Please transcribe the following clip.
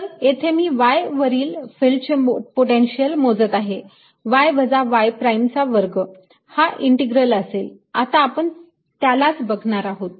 तर येथे मी y वरील फिल्डचे पोटेन्शियल मोजत आहे y वजा y प्राईम चा वर्ग हा इंटिग्रल असेल आता आपण त्यालाच बघणार आहोत